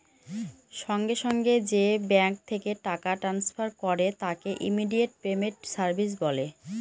সঙ্গে সঙ্গে যে ব্যাঙ্ক থেকে টাকা ট্রান্সফার করে তাকে ইমিডিয়েট পেমেন্ট সার্ভিস বলে